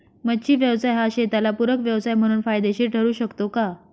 मच्छी व्यवसाय हा शेताला पूरक व्यवसाय म्हणून फायदेशीर ठरु शकतो का?